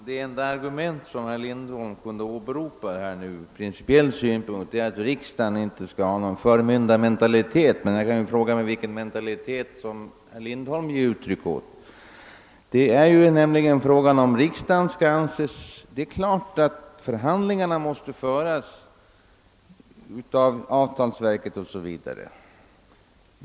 Herr talman! Det enda principiella argument som herr Lindholm kunde åberopa var att riksdagen inte skall visa någon förmyndarmentalitet. Jag frågar mig då vad det är för mentalitet herr Lindholm ger uttryck åt. Det är klart att förhandlingarna måste föras av parterna på arbetsmarknaden.